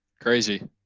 Crazy